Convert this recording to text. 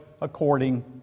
according